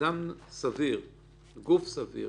גוף סביר,